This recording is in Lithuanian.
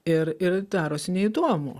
ir ir darosi neįdomu